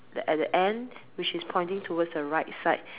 at the end which is pointing towards the right side